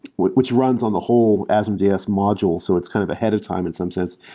which which runs on the whole asm js module, so it's kind of ahead of time in some sense.